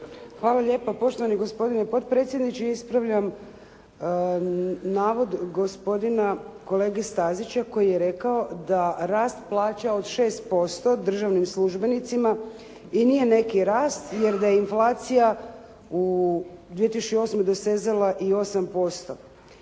Hvala lijepo poštovani gospodine potpredsjedniče, ispravljam navod gospodina Stazića koji je rekao da rast plaća od 6% državnim službenicima i nije neki rast, je je inflacija u 2008. dosezala i 8%.